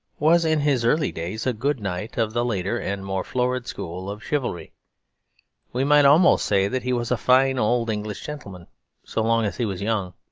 was in his early days a good knight of the later and more florid school of chivalry we might almost say that he was a fine old english gentleman so long as he was young.